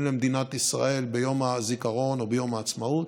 למדינת ישראל ביום הזיכרון או ביום העצמאות?